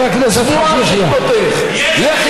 חבר הכנסת חאג' יחיא.